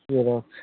xerox